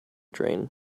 train